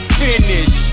finish